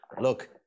look